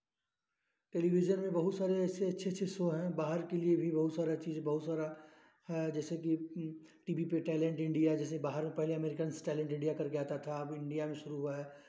television में बहुत सारे अच्छे अच्छे अच्छे शो हैं बाहर के लिए भी बहुत सारा चीज़ हैं बहुत सारा है जैसेकि टी भी पे टैलेंट इंडिया जैसेकि बाहर में पहले अमेरिकन्स टैलेंट इंडिया करके आता था अब इंडिया में शुरू हुआ है